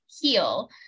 heal